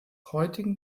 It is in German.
heutigen